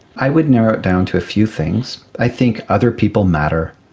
i would narrow it down to a few things. i think other people matter.